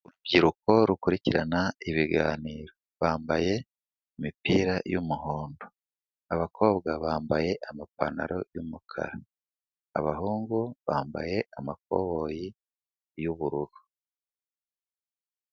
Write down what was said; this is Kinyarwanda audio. Urubyiruko rukurikirana ibiganiro. Bambaye imipira y'umuhondo. Abakobwa bambaye amapantaro y'umukara. Abahungu bambaye amakoboyi y'ubururu.